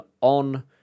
on